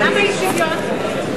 למה אי-שוויון?